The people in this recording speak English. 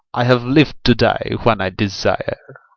i have liv'd to die when i desire.